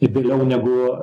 vėliau negu